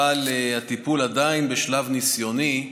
אבל הטיפול עדיין בשלב ניסיוני,